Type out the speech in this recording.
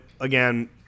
again